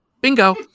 bingo